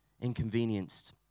Inconvenienced